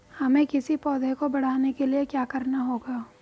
हमें किसी पौधे को बढ़ाने के लिये क्या करना होगा?